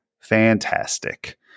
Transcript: fantastic